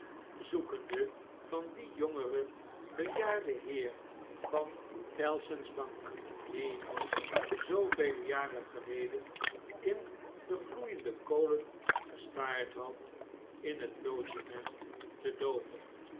zoekende van dien jongeren bejaarden heer van tellson's bank die nu zoovele jaren geleden in de gloeiende kolen gestaard had in het logement te dover